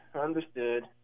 understood